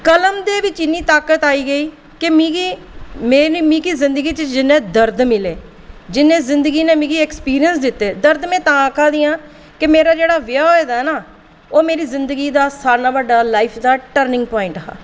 कलम बिच्च इन्नी ताकत आई गेई कि मिगी जिंदगी च जिन्ने दरद मिले जिन्ने जिंदगी ने मिगी एक्सपीरियंस दित्ते दरद में तां आक्खां दी आं कि मेरा जेह्ड़ा ब्याह होए दा ऐ ना ओह् मेरी जिंदगी दा सारें कोला बड्डा लाईफ दा टर्निंग प्वांइट हा